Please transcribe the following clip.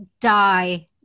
die